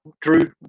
Drew